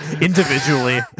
individually